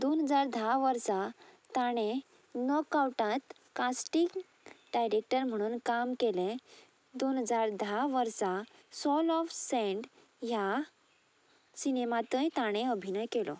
दोन हजार धा वर्सा ताणें नक आवटांत कास्टींग डायरेक्टर म्हणून काम केले दोन हजार धा वर्सा सॉल ऑफ सेंड ह्या सिनेमांतय ताणें अभिनय केलो